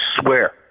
swear